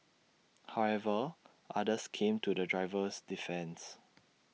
however others came to the driver's defence